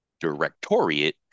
directorate